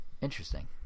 Interesting